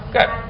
Good